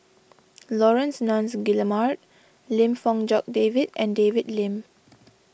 Laurence Nunns Guillemard Lim Fong Jock David and David Lim